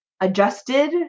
adjusted